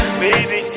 baby